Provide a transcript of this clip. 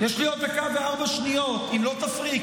יש לי עוד דקה וארבע שניות אם לא תפריעי,